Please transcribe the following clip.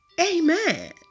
Amen